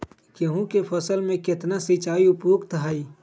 गेंहू के फसल में केतना सिंचाई उपयुक्त हाइ?